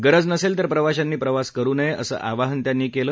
गरज नसेल तर प्रवाशांनी प्रवास करू नये असे आवाहन त्यांनी केले